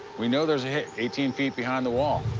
we know there's a hit eighteen feet behind the wall.